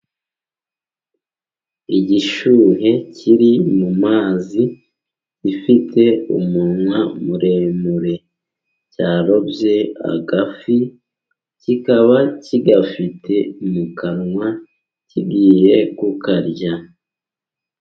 Igishuhe kiri mu mazi, gifite umunwa muremure, cyarobye agafi, kikaba kigafite mu kanwa kigiye kukarya.